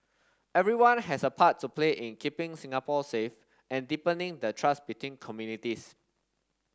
everyone has a part to play in keeping Singapore safe and deepening the trust between communities